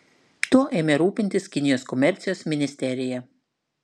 tuo ėmė rūpintis kinijos komercijos ministerija